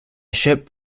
ship